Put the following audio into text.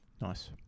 Nice